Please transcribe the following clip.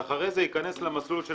ואחרי זה ייכנס למסלול של